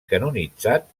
canonitzat